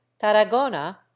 tarragona